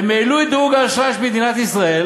הם העלו את דירוג האשראי של מדינת ישראל